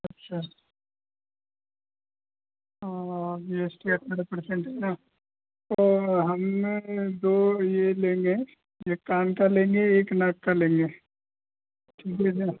अच्छा G S T अठारह percent है ना तो हम दो यह लेंगे एक कान का लेंगे एक नाक का लेंगे ठीक है ना